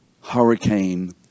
hurricane